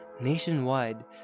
nationwide